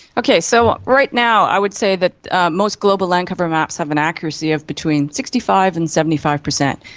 okay, so right now i would say that most global land cover maps have an accuracy of between sixty five percent and seventy five percent,